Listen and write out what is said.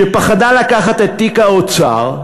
שפחדה לקחת את תיק האוצר,